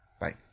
Bye